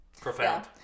Profound